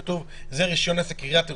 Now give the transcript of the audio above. כתוב: זה רישיון עסק מעיריית ירושלים,